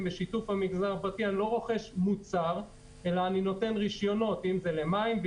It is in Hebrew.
בשיתוף המגזר הפרטי אני לא רוכש מוצר אלא נותן רישיונות למים,